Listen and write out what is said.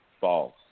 false